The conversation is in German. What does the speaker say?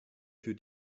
für